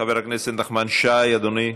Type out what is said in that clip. חבר הכנסת נחמן שי, אדוני.